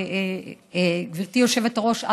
גברתי היושבת-ראש,